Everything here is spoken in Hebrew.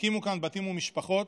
הקימו כאן בתים ומשפחות,